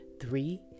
Three